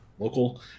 Local